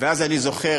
ואז אני זוכר,